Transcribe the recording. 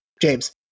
James